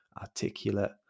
articulate